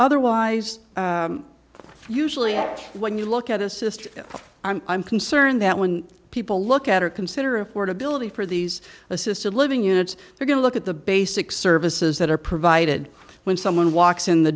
otherwise usually when you look at assist i'm concerned that when people look at or consider affordability for these assisted living units we're going to look at the basic services that are provided when someone walks in the